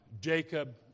Jacob